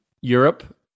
Europe